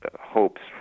hopes